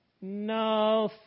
no